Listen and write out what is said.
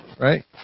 Right